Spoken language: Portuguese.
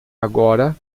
agora